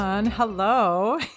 hello